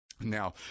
Now